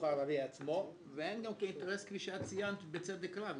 הערבי עצמו והן גם כאינטרס כפי שאת ציינת בצדק רב,